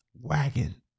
wagon